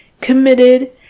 Committed